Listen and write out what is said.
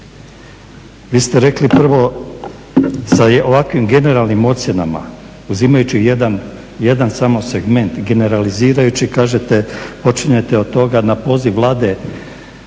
Vi ste rekli prvo sa ovakvim generalnim ocjenama uzimajući jedan samo segment generalizirajući kažete počinjete od toga na poziv Vlade